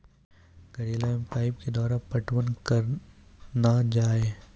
करेला मे पाइप के द्वारा पटवन करना जाए?